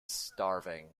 starving